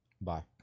Bye